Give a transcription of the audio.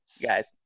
guys